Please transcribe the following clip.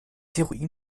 heroin